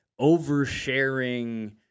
oversharing